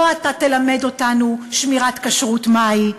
לא אתה תלמד אותנו שמירת כשרות מהי,